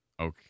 Okay